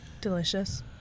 Delicious